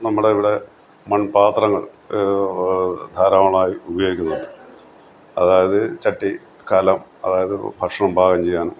നമ്മുടെ ഇവിടെ മൺപാത്രങ്ങൾ ധാരാളമായി ഉപയോഗിക്കുന്നുണ്ട് അതായത് ചട്ടി കലം അതായത് ഭക്ഷണം പാകം ചെയ്യാൻ